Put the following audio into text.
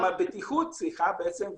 גם הבטיחות צריכה להיבדק לאורך זמן.